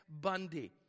Bundy